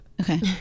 Okay